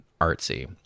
artsy